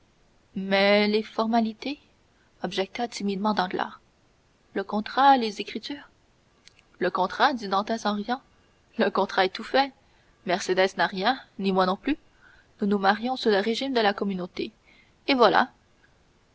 mais les autres formalités objecta timidement danglars le contrat les écritures le contrat dit dantès en riant le contrat est tout fait mercédès n'a rien ni moi non plus nous nous marions sous le régime de la communauté et voilà